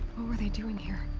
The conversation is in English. were they doing here?